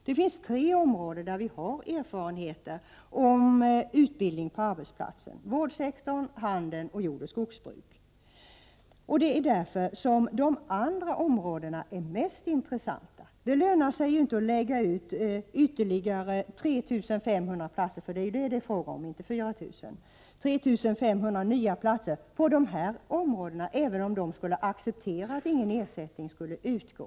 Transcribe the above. Det finns tre områden där vi har erfarenheter av utbildning på arbetsplatser: vårdsektorn, handeln och jordoch skogsbruket. Det är därför som de andra områdena är mest intressanta. Det lönar sig inte att skapa ytterligare 3 500 nya platser, det är så många det är fråga om och inte 4 000 platser, på dessa områden, även om man skulle acceptera att ingen ersättning skulle utgå.